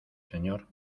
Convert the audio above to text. señor